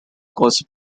cause